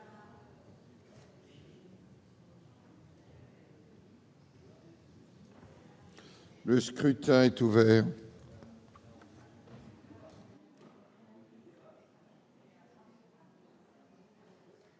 Le scrutin est ouvert.